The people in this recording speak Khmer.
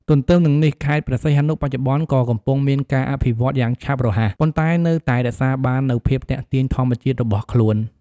ទទ្ទឹមនឹងនេះ ខេត្តព្រះសីហនុបច្ចុប្បន្នក៏កំពុងមានការអភិវឌ្ឍន៍យ៉ាងឆាប់រហ័ស ប៉ុន្តែនៅតែរក្សាបាននូវភាពទាក់ទាញធម្មជាតិរបស់ខ្លួន។